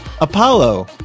apollo